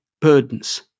burdens